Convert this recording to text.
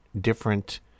different